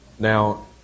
Now